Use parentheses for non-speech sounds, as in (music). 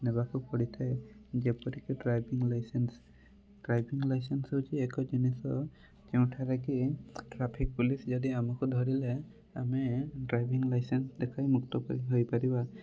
ନେବାକୁ ପଡ଼ିଥାଏ ଯେପରିକି ଡ୍ରାଇଭିଂ ଲାଇସେନ୍ସ୍ ଡ୍ରାଇଭିଂ ଲାଇସେନ୍ସ୍ ହେଉଛି ଏକ ଜିନିଷ ଯେଉଁଠାରେ କି ଟ୍ରାଫିକ୍ ପୋଲିସ୍ ଯଦି ଆମକୁ ଧରିଲେ ଆମେ ଡ୍ରାଇଭିଂ ଲାଇସେନ୍ସ୍ ଦେଖାଇ ମୁକ୍ତ (unintelligible) ହୋଇପାରିବା